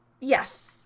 Yes